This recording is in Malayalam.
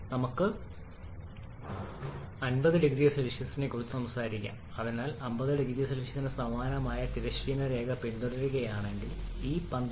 നമുക്ക് 50 0C യെക്കുറിച്ച് സംസാരിക്കാം അതിനാൽ 50 0C ന് സമാനമായ തിരശ്ചീന രേഖ പിന്തുടരുകയാണെങ്കിൽ ഈ 12